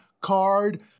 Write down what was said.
card